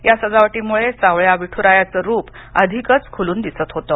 या सजावटीमुळे सावळ्या विठ्रायाचं रुप आधिकच खुलुन दिसत होतं